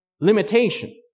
limitation